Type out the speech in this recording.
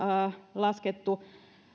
laskettu